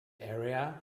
area